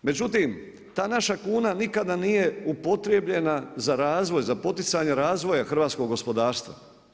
Međutim, ta naša kuna nikada nije upotrebljena za razvoj, za poticajne razvoja hrvatskog gospodarstva.